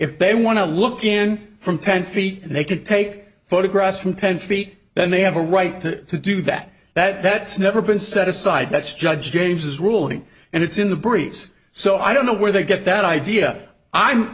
if they want to look in from ten feet and they can take photographs from ten feet then they have a right to do that that that's never been set aside that's judge james's ruling and it's in the briefs so i don't know where they get that idea i'm